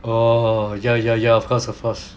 orh ya ya ya of course of course